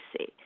see